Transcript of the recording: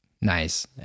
nice